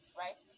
right